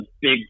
big